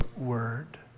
word